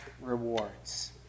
rewards